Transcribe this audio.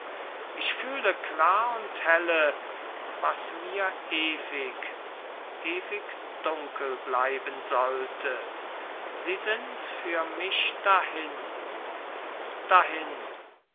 ich fühle klar und helle was mir ewig ewig dunkel bleiben sollte sie sind für mich dahin dahin